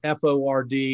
FORD